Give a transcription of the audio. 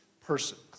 persons